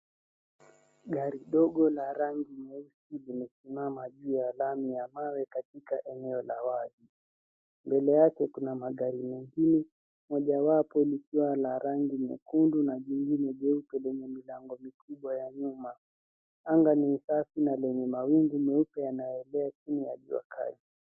Gari dogo la rangi nyeusi limesimama juu ya lami ya mawe katika eneo la wazi. Mbele yake kuna magari mengine, mojawapo likiwa la rangi nyekundu na jingine jeupe lenye milango mikubwa ya nyuma. Anga ni safi na lenye mawingu meupe yanayoelea chini ya jua kali.